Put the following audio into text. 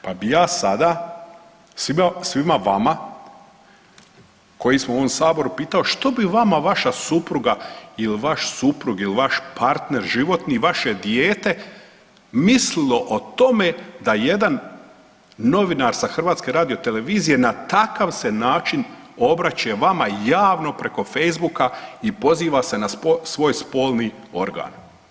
Pa bi ja sada svima vama koji su u ovom Saboru pitao što bi vama vaša supruga ili vaš suprug ili vaš partner životni, vaše dijete mislilo o tome da jedan novinar sa HRT na takav se način obraća vama javno preko Facebooka i poziva se na svoj spolni organ?